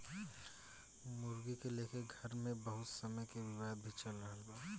मुर्गी के लेके घर मे बहुत समय से विवाद भी चल रहल बा